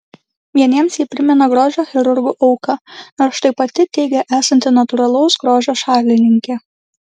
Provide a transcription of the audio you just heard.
vieniems ji primena grožio chirurgų auką nors štai pati teigia esanti natūralaus grožio šalininkė